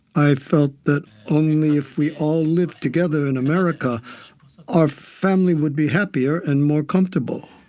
i felt that only if we all lived together in america our family would be happier and more comfortable.